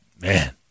Man